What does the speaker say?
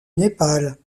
népal